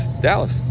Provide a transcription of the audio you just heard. dallas